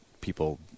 people